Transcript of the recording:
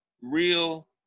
real